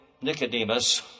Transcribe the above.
Nicodemus